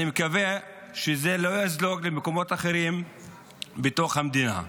אני מקווה שזה לא יזלוג למקומות אחרים בתוך המדינה.